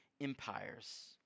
empires